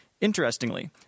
Interestingly